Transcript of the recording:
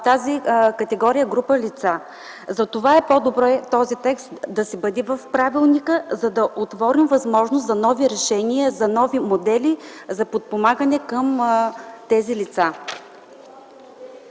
тази категория лица. По-добре е този текст да си бъде в правилника, за да отворим възможност за нови решения, за нови модели за подпомагане на тези лица.